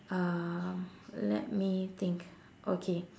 um let me think okay